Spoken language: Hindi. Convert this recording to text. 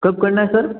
कब करना है सर